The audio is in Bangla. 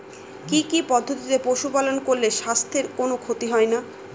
কি কি পদ্ধতিতে পশু পালন করলে স্বাস্থ্যের কোন ক্ষতি হয় না?